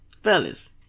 Fellas